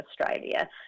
Australia